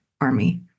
army